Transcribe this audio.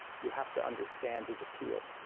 you have to understand his appeal.